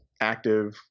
active